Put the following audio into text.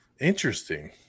Interesting